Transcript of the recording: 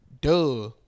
duh